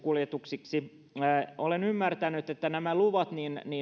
olen ymmärtänyt että nämä luvat